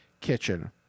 kitchen